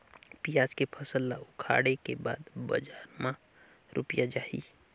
पियाज के फसल ला उखाड़े के बाद बजार मा रुपिया जाही?